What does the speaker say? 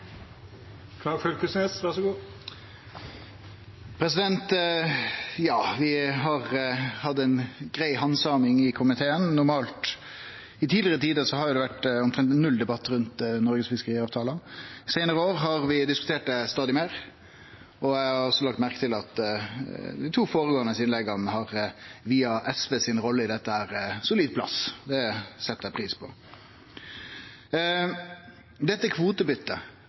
Vi har hatt ei grei handsaming i komiteen. Normalt i tidlegare tider har det vore omtrent null debatt rundt Noreg sine fiskeriavtaler. Dei seinare år har vi diskutert det stadig meir, og eg har også lagt merke til at dei to siste innlegga har gitt SVs rolle i dette solid plass. Det set eg pris på. Dette